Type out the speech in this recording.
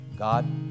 God